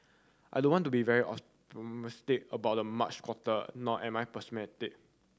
I don't want to be very optimistic about the March quarter nor am I pessimistic